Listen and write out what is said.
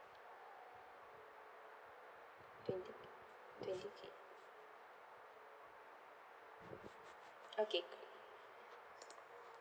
twenty gig twenty gig okay